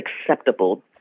acceptable